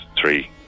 Three